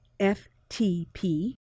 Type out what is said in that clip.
FTP